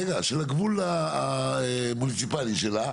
רגע, של הגבול המוניציפלי שלה.